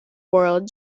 world